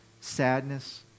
sadness